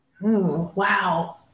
Wow